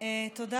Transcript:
דקות.